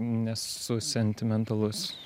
nesu sentimentalus